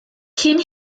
cyn